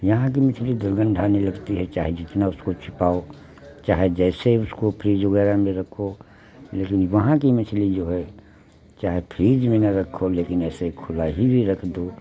यहाँ की मछली दुर्गंध आने लगती है चाहे जितना उसको छुपाओ चाहे जैसे उसको फ्रिज़ वगेरह में रखो लेकिन वहां की मछली जो है चाहे फ्रीज में ना रखो लेकिन ऐसे खुला ही रख दो